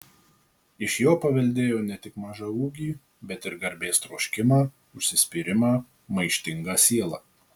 iš jo paveldėjo ne tik mažą ūgį bet ir garbės troškimą užsispyrimą maištingą sielą